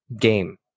game